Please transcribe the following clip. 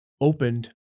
opened